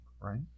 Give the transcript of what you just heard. right